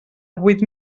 vuit